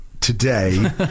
today